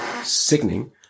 Sickening